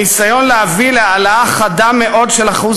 הניסיון להביא להעלאה חדה מאוד של אחוז